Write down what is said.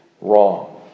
wrong